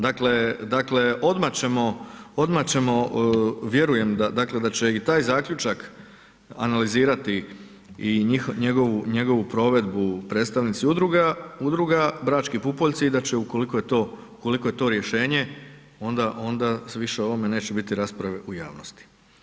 Dakle, odmah ćemo, vjerujem dakle da će i taj zaključak analizirati i njegovu provedbu predstavnici udruga Brački pupoljci i da će ukoliko je to rješenje, onda više o ovome neće bit rasprave u javnosti.